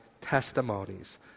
testimonies